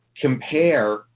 compare